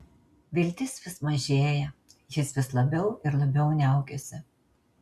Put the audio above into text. viltis vis mažėja jis vis labiau ir labiau niaukiasi